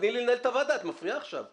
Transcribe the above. תני לי לנהל את הוועדה את מפריעה עכשיו.